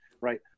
right